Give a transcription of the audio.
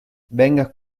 venga